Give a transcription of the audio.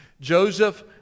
Joseph